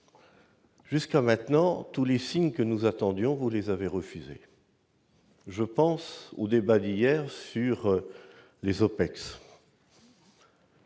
Jusqu'à maintenant, tous les signes que nous attendions, vous les avez refusés. Je pense au débat d'hier sur les OPEX